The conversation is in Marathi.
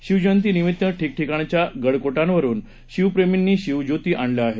शिवजयंतीनिमीत्त ठिकठिकाणच्या गडकोटांवरून शिवप्रेमींनी शिवज्योती आणल्या आहेत